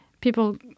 people